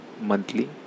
monthly